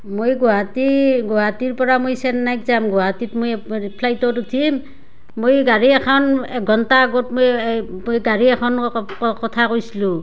মই গুৱাহাটী গুৱাহাটীৰপৰা মই চেন্নাইক যাম গুৱাহাটীত মই ফ্লাইটত উঠিম মই গাড়ী এখন এঘণ্টা আগত মই গাড়ী এখন কথা কৈছিলোঁ